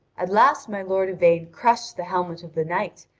at last my lord yvain crushed the helmet of the knight,